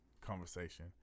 conversation